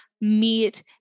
meet